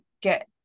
get